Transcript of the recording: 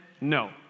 no